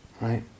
Right